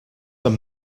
that